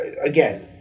again